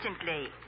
instantly